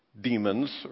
demons